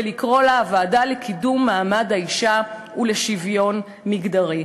ולקרוא לה "הוועדה לקידום מעמד האישה ולשוויון מגדרי".